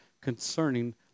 concerning